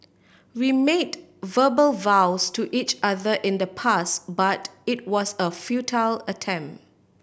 we made verbal vows to each other in the past but it was a futile attempt